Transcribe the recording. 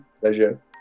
Pleasure